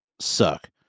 suck